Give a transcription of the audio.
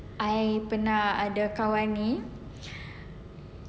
I pernah ada kawan ni